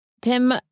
Tim